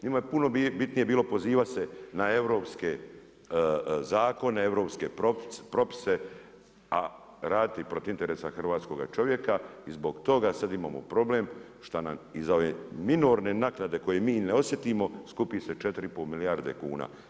Njima je puno bitnije bilo pozivati se na europske zakone, europske propise a raditi protiv interesa hrvatskoga čovjeka i zbog toga sada imamo problem šta nam iza ove minorne naknade koju mi i ne osjetimo skupi se 4,5 milijarde kuna.